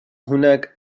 هناك